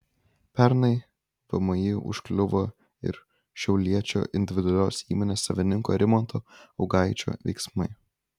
pernai vmi užkliuvo ir šiauliečio individualios įmonės savininko rimanto augaičio veiksmai